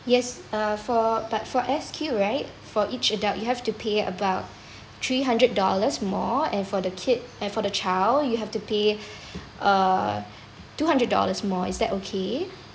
yes uh for but for S_Q right for each adult you have to pay about three hundred dollars more and for the kid and for the child you have to pay uh two hundred dollars more is that okay